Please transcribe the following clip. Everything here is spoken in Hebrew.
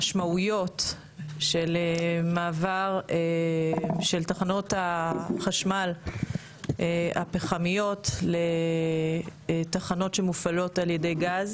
למשמעויות של מעבר תחנות החשמל הפחמיות לתחנות שמופעלות על ידי גז.